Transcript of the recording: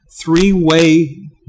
three-way